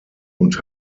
und